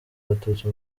abatutsi